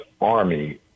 army